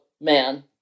man